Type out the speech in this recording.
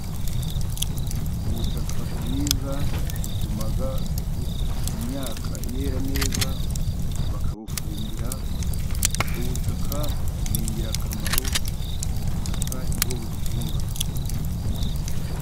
Ubutaka bwiza butuma imyaka yera neza, bakabufumbira, ubutaka ni ingirakamaro, ubutaka nibwo budutunga.